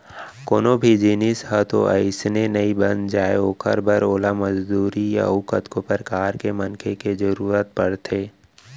कोनो भी जिनिस ह तो अइसने नइ बन जाय ओखर बर ओला मजदूरी अउ कतको परकार के मनखे के जरुरत परथे